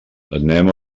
anem